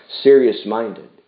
Serious-minded